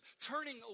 turning